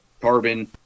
carbon